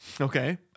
Okay